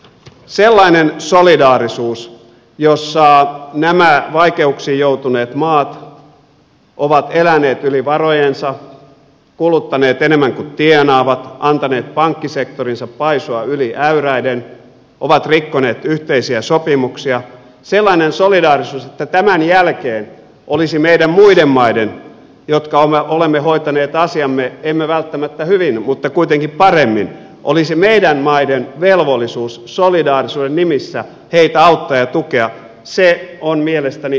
sellainen solidaarisuus jossa nämä vaikeuksiin joutuneet maat ovat eläneet yli varojensa kuluttaneet enemmän kuin tienaavat antaneet pankkisektorinsa paisua yli äyräiden ovat rikkoneet yhteisiä sopimuksia sellainen solidaarisuus että tämän jälkeen olisi meidän muiden maiden jotka olemme hoitaneet asiamme emme välttämättä hyvin mutta kuitenkin paremmin velvollisuus solidaarisuuden nimissä heitä auttaa ja tukea on mielestäni väärin ymmärrettyä solidaarisuutta